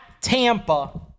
Tampa